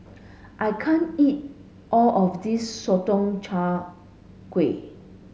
I can't eat all of this Sotong Char Kway